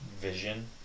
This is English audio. Vision